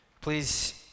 Please